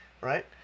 Right